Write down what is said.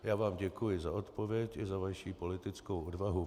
Já vám děkuji za odpověď i za vaši politickou odvahu.